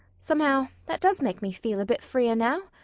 somehow that does make me feel a bit freer now.